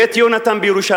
"בית יהונתן" בירושלים.